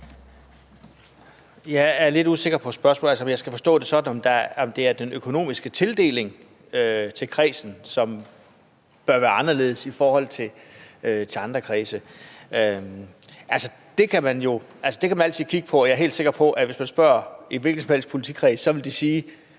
Jeg er lidt usikker på spørgsmålet, altså om jeg skal forstå det sådan, at det er den økonomiske tildeling til kredsen, som bør være anderledes i forhold til andre kredse. Det kan man altid kigge på, og jeg er helt sikker på, at hvis man spørger en hvilken som helst politikreds, vil de sige,